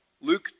Luke